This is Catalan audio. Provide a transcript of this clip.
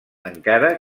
encara